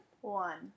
one